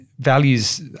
values